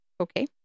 Okay